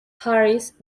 harris